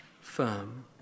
firm